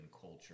culture